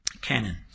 canon